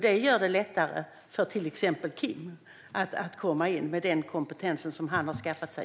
Det gör det lättare för till exempel Kim att komma in med den kompetens som han har skaffat sig.